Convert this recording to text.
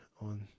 on